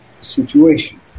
situation